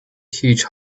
huge